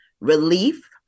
relief